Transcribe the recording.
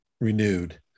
renewed